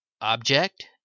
Object